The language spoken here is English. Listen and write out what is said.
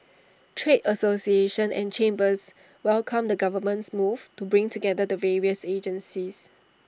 trade associations and chambers welcomed the government's move to bring together the various agencies